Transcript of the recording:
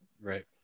Right